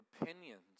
opinions